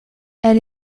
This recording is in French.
elle